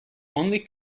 only